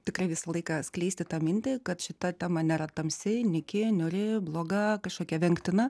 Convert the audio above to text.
tikrai visą laiką skleisti tą mintį kad šita tema nėra tamsi nyki niūri bloga kažkokia vengtina